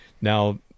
Now